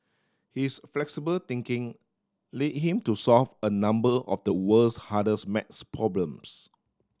his flexible thinking led him to solve a number of the world's hardest math problems